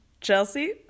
chelsea